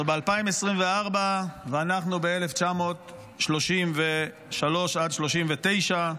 אנחנו ב-2024, ואנחנו ב-1933 עד 1939,